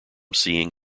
seeing